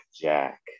Jack